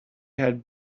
had